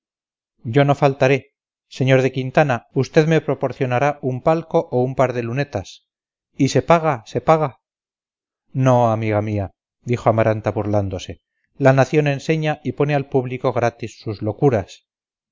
yo no faltaré sr de quintana usted me proporcionará un palco o un par de lunetas y se paga se paga no amiga mía dijo amaranta burlándose la nación enseña y pone al público gratis sus locuras